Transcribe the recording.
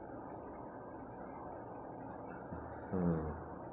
mm